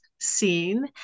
scene